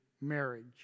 marriage